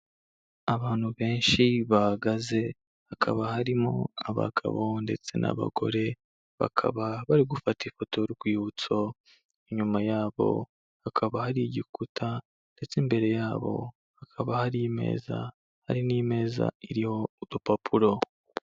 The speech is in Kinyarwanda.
Abantu benshi bahagaze, hakaba harimo abagabo ndetse n'abagore, bakaba bari gufata ifoto y'urwibutso, inyuma yabo hakaba hari igikuta, ndetse imbere yabo hakaba hari imeza, hari n'imeza iriho urupapuro.